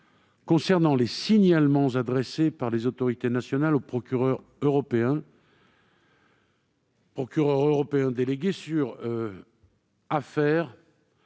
concernant les signalements adressés par les autorités nationales au procureur européen délégué sur les affaires